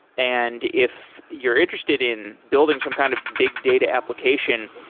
and if you're interested in building some kind of big data application,